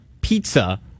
pizza